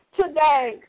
today